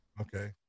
Okay